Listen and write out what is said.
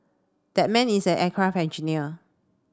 that man is an aircraft engineer